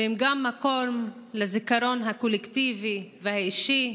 והם גם מקום לזיכרון הקולקטיבי והאישי.